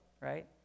right